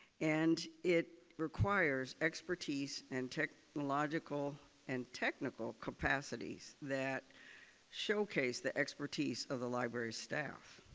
and it requires expertise and technological and technical capacities that showcase the expertise of the library's staff.